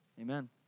Amen